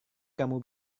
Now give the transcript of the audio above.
kamu